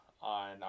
on